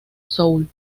soul